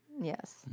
Yes